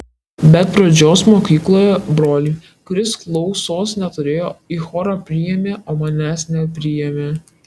bet pradžios mokykloje brolį kuris klausos neturėjo į chorą priėmė o manęs nepriėmė